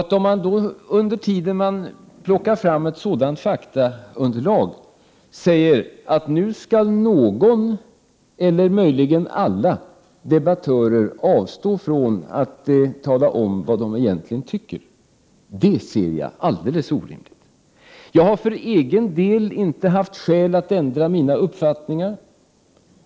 Att då säga att under tiden man plockar fram ett sådant faktaunderlag skall någon eller möjligen alla debattörer avstå från att tala om vad de egentligen tycker ser jag som alldeles orimligt. För egen del har jag inte haft skäl att ändra mina uppfattningar.